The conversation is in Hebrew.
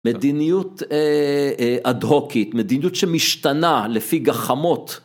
מדיניות אדהוקית, מדיניות שמשתנה לפי גחמות.